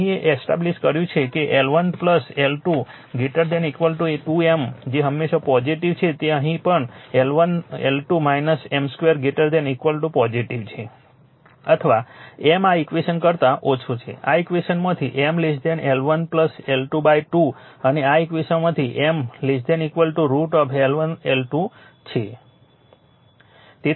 અહીં એ એસ્ટાબ્લિશ્ડ કર્યું છે કે L1 L2 2 M જે હંમેશા પોઝિટીવ છે તે અહીં પણ L1 L2 M 2 0 પોઝિટીવ છે અથવા M આ ઈક્વેશન કરતા ઓછું છે આ ઈક્વેશનમાંથી M L1 L2 2 અને આ ઈક્વેશનમાંથી M √ L1 L2 છે